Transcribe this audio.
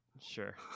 sure